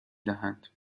دهند